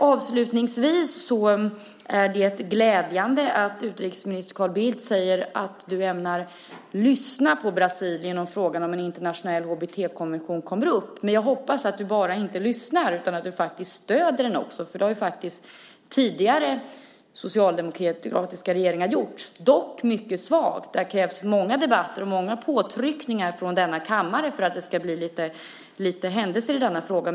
Avslutningsvis är det glädjande att utrikesminister Carl Bildt säger att han ämnar lyssna på Brasilien om frågan om en internationell HBT-kommission kommer upp. Jag hoppas att du inte bara lyssnar utan faktiskt också stöder den. Det har socialdemokratiska regeringar gjort tidigare, dock mycket svagt. Det har krävts många debatter och påtryckningar från kammaren för att det ska hända något i denna fråga.